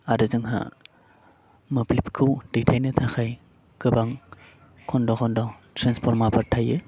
आरो जोंहा मोब्लिबखौ दैथायनो थाखाय गोबां खन्द' खन्द' ट्रेन्सफर्मारफोर थायो